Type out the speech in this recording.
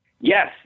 Yes